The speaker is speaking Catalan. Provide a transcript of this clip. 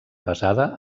basada